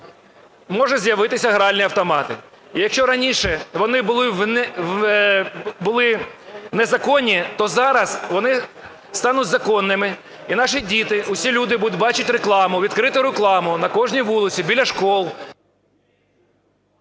можуть з'явитися гральні автомати. Якщо раніше вони були незаконні, то зараз вони стануть законними, і наші діти, всі люди будуть бачити рекламу, відкриту рекламу на кожній вулиці, біля шкіл...